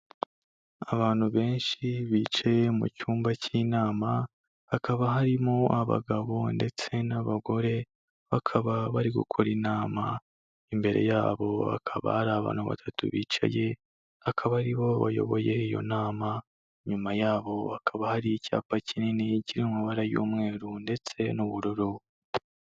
Abantu benshi bicaye mu cyumba cy'inama, hakaba harimo abagabo ndetse n'abagore, bakaba bari gukora inama. Imbere yabo hakaba hari abantu batatu bicaye, akaba aribo bayoboye iyo nama. Inyuma yabo hakaba hari icyapa kinini kiri mu mabara y'umweru ndetse n'ubururu.